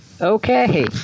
Okay